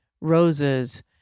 roses